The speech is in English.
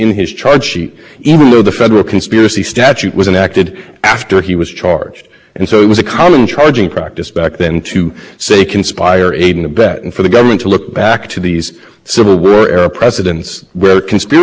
determine what the law of nations is how much would be extremely lucky and how much would be internally looking how much would just be their own judgment and in particular in a case like this where you have war crimes as the